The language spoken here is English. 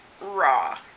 raw